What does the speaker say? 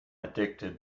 addicted